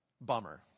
Bummer